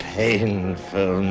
painful